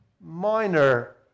minor